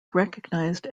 recognised